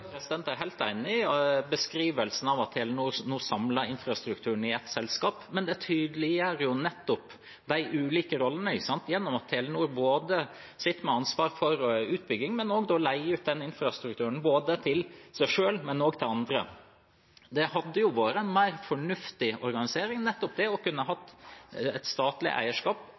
Jeg er helt enig i beskrivelsen av at Telenor nå samler infrastrukturen i ett selskap. Men det tydeliggjør jo nettopp de ulike rollene gjennom at Telenor både sitter med ansvaret for utbyggingen og leier ut infrastrukturen til både seg selv og andre. Det hadde vært en mer fornuftig organisering å ha fullt statlig eierskap over infrastrukturen, og så kunne